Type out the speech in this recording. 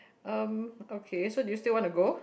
um okay so do you still want to go